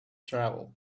travel